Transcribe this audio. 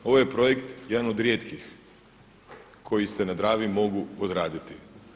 Ovo je projekt jedan od rijetkih koji se na Dravi mogu odraditi.